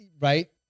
Right